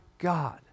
God